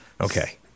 Okay